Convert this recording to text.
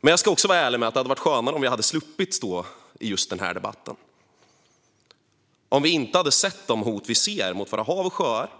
Men jag ska också vara ärlig med att det hade varit skönare om vi hade sluppit stå i just denna debatt, om vi inte hade sett de hot vi ser mot hav och sjöar,